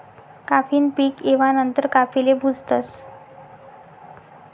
काफी न पीक येवा नंतर काफीले भुजतस